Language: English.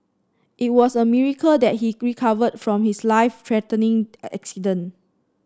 it was a miracle that he recovered from his life threatening accident